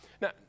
Now